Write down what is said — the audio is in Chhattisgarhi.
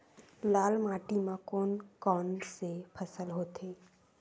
लाल माटी म कोन कौन से फसल होथे?